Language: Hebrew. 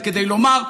כדי לומר,